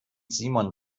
simon